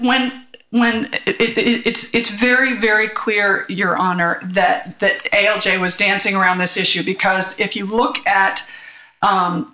when when when it's very very clear your honor that a o j was dancing around this issue because if you look at